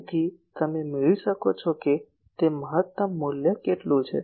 તેથી તમે મેળવી શકો તે મહત્તમ મૂલ્ય કેટલું છે